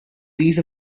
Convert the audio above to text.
piece